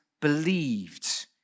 believed